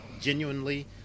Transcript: genuinely